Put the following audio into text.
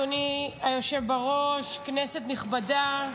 אדוני היושב בראש, כנסת נכבדה,